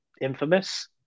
infamous